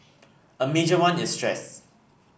a major one is stress